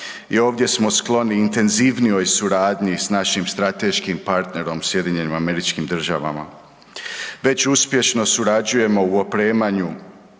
i ovdje smo skloni intenzivnijoj suradnji s našim strateških partnerom, SAD-om. Već uspješno surađujemo u opremanje